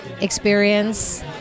experience